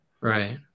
right